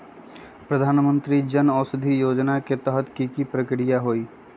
प्रधानमंत्री जन औषधि योजना के तहत की की प्रक्रिया होई?